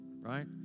right